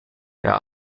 der